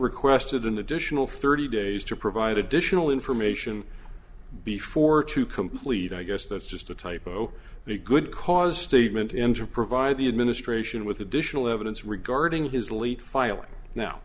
requested an additional thirty days to provide additional information before to complete i guess that's just a typo and a good cause statement in to provide the administration with additional evidence regarding his leak filing now